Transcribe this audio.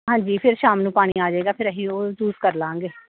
ਹਾਂਜੀ ਫਿਰ ਸ਼ਾਮ ਨੂੰ ਪਾਣੀ ਆ ਜਾਵੇਗਾ ਫਿਰ ਅਸੀਂ ਉਹ ਯੁਜ ਕਰ ਲਾਂਗੇ